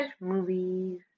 movies